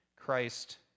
christ